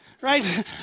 right